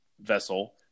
vessel